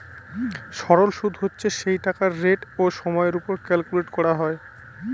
সরল সুদ হচ্ছে সেই টাকার রেট ও সময়ের ওপর ক্যালকুলেট করা হয়